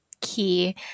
key